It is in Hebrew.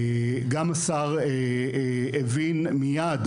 גם השר הבין מיד,